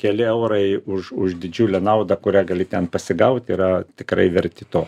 keli eurai už už didžiulę naudą kurią gali ten pasigaut yra tikrai verti to